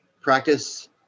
practice